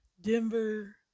Denver